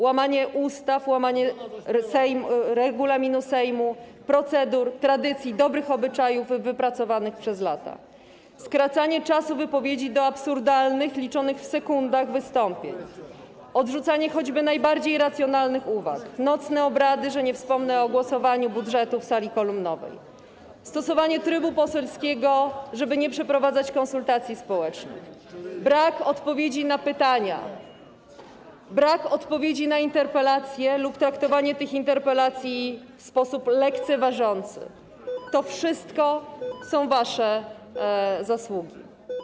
łamanie ustaw, łamanie regulaminu Sejmu, procedur, tradycji, dobrych obyczajów wypracowanych przez lata, skracanie czasu wypowiedzi do absurdalnych, liczonych w sekundach wystąpień, odrzucanie choćby najbardziej racjonalnych uwag, nocne obrady, że nie wspomnę o głosowaniu nad budżetem w sali kolumnowej, stosowanie trybu poselskiego, żeby nie przeprowadzać konsultacji społecznych, brak odpowiedzi na pytania, brak odpowiedzi na interpelacje lub traktowanie tych interpelacji w sposób lekceważący - to wszystko są wasze zasługi.